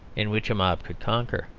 in which a mob could conquer.